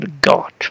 God